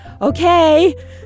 okay